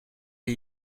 des